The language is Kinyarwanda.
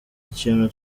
ikintu